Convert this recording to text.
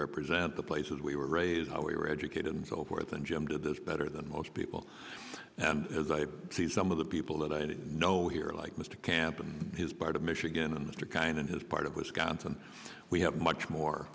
represent the places we were raised we were educated and so forth and jim did this better than most people and as i see some of the people that i know here like mr camp and his part of michigan and mr kind in his part of wisconsin we have much more